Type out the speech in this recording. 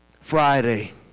Friday